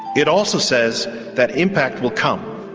it also says that impact will come.